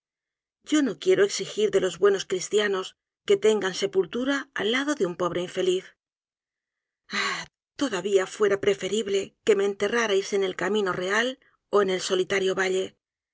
yo no quiero exigir de los buenos cristianos que tengan sepultura aliado de un pobre infeliz ah todavía fuera preferible que me enterrarais en el camino real ó en el solitario valle